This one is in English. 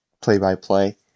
...play-by-play